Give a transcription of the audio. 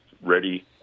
ready